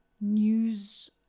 news